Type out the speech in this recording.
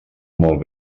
molt